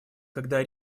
когда